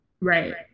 Right